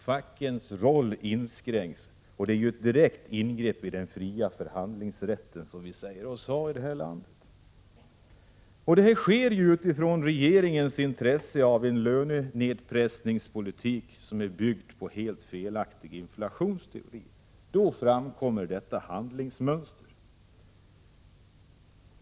Fackens roll inskränks, och det är ett direkt ingrepp i den fria förhandlingsrätt som vi säger oss ha i det här landet. Detta sker utifrån regeringens intresse av en lönenedpressningspolitik, som är byggd på en helt felaktig inflationsteori. Då framkommer detta handlingsmönster.